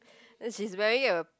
and she's wearing a